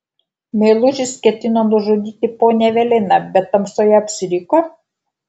meilužis ketino nužudyti ponią eveliną bet tamsoje apsiriko